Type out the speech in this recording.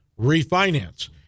refinance